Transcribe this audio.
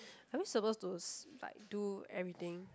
are we supposed to s~ like do everything